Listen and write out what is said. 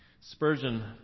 Spurgeon